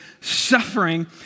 suffering